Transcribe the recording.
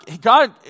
God